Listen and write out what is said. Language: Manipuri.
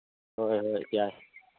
ꯍꯣꯏ ꯍꯣꯏ ꯌꯥꯏ